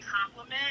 compliment